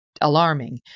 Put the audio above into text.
alarming